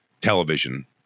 television